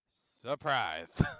Surprise